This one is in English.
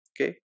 okay